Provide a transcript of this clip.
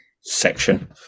section